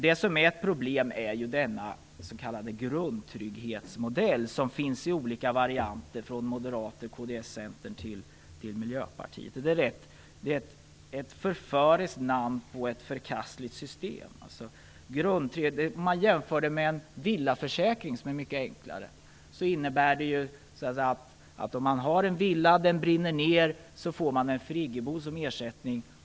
Det som är ett problem är den grundtrygghetsmodell som finns i olika varianter från Moderaterna, kds och Centern till Miljöpartiet. Det är ett förföriskt namn på ett förkastligt system. Om man jämför grundtrygghetsmodellen med en villaförsäkring, som är mycket enklare, innebär den att om man har en villa och den brinner ned så får man en friggebod som ersättning.